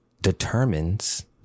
determines